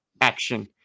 action